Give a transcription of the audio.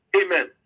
Amen